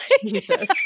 Jesus